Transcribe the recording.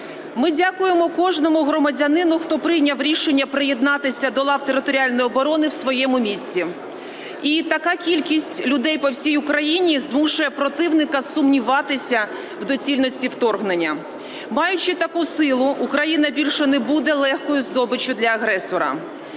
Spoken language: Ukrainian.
Ми дякуємо кожному громадянину, хто прийняв рішення приєднатися до лав територіальної оборони в своєму місці. І така кількість людей по всій Україні змушує противника сумніватись в доцільності вторгнення. Маючи таку силу, Україна більше не буде легкою здобиччю для агресора.